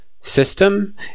system